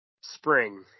spring